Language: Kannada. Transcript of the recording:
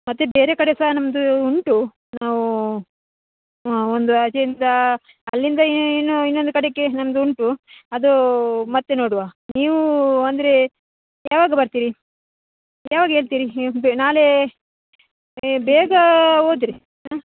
ಮತ್ತೆ ಬೇರೆ ಕಡೆ ಸಹ ನಮ್ಮದು ಉಂಟು ನಾವು ಹಾಂ ಒಂದು ಆಚೆಯಿಂದ ಅಲ್ಲಿಂದ ಇನ್ನು ಇನ್ನೊಂದು ಕಡೆಗೆ ನಮ್ಮದು ಉಂಟು ಅದು ಮತ್ತೆ ನೋಡುವ ನೀವು ಅಂದರೆ ಯಾವಾಗ ಬರ್ತಿರಿ ಯಾವಾಗ ಹೇಳ್ತಿರಿ ನೀವು ಬ್ ನಾಳೆ ಬೇಗ ಹೋದ್ರೆ ಹಾಂ